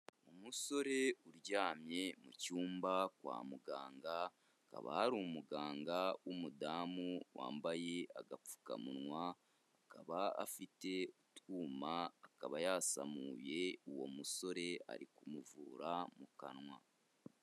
Umusore uryamye mu cyumba kwa muganga, Hakaba hari umuganga w'umudamu wambaye agapfukamunwa, akaba afite utwuma akaba yasamuye uwo musore ari kumuvura mu kanwa.